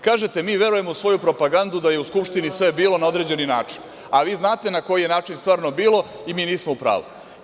Kažete – mi verujemo svoju propagandu da je u Skupštini sve bilo na određeni način, a vi znate na koji je način stvarno bilo i mi nismo u pravu.